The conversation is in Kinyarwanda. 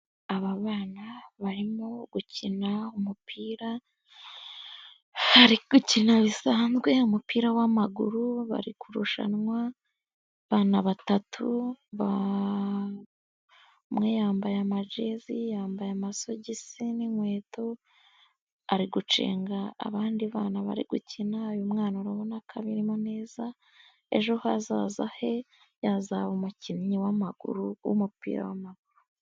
Aba bana barimo gukina umupira, bari gukina bisanzwe umupira wamaguru., bari kurushanwa batatu umwe yambaye ama jezi yambaye amasogisi n'inkweto, ari gucenga abandi bana bari gukina, uyu mwana urabona ko abirimo neza ejo hazaza he yazaba umukinnyi w'amaguru w'umupira w'amaguru.